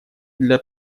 для